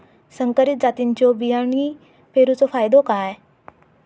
संकरित जातींच्यो बियाणी पेरूचो फायदो काय?